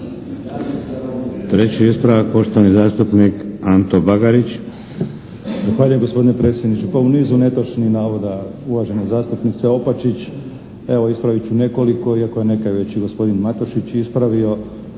Treći ispravak, poštovani zastupnik Ante Bagarić.